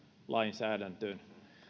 lainsäädäntöön